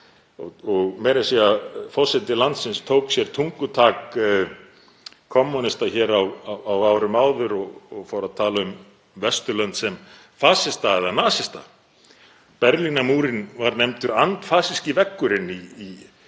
og meira að segja forseti landsins tók sér tungutak kommúnista hér á árum áður og fór að tala um Vesturlönd sem fasista eða nasista. Berlínarmúrinn var nefndur andfasíski veggurinn í